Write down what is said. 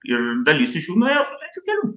ir dalis iš jų nuėjo sutarčių keliu